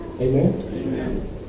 Amen